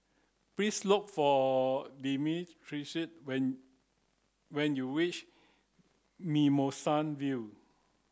please look for Demetrius when when you reach Mimosa View